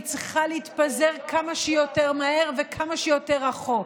והיא צריכה להתפזר כמה שיותר מהר וכמה שיותר רחוק.